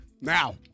Now